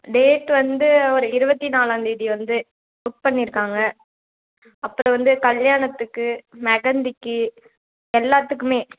date வந்து ஒரு இருபத்தி நாலாம்தேதி வந்து புக் பண்ணியிருக்காங்க அப்புறம் வந்து கல்யாணத்துக்கு மெகந்திக்கு எல்லாத்துக்குமே